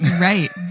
Right